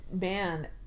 man